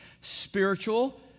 Spiritual